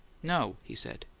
no, he said.